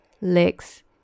legs